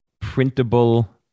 printable